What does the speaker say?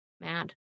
mad